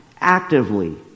actively